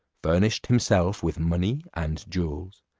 furnished himself with money and jewels,